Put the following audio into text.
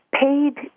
Paid